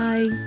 Bye